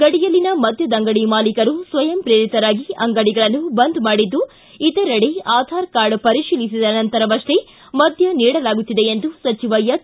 ಗಡಿಯಲ್ಲಿನ ಮದ್ದದಂಗಡಿ ಮಾಲೀಕರು ಸ್ವಯಂಪ್ರೇತರಾಗಿ ಅಂಗಡಿಗಳನ್ನು ಬಂದ್ ಮಾಡಿದ್ದು ಇತರೆಡೆ ಆಧಾರ್ ಕಾರ್ಡ್ ಪರಿಶೀಲಿಸಿದ ನಂತರವಷ್ಷೇ ಮದ್ಯ ನೀಡಲಾಗುತ್ತಿದೆ ಎಂದು ಸಚಿವ ಎಚ್